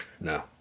No